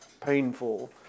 painful